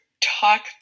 talk